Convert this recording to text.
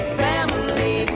family